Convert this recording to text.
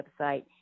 website